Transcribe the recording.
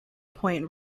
point